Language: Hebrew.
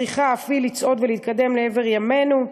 צריכה אף היא לצעוד ולהתקדם לעבר ימינו.